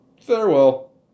Farewell